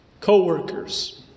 co-workers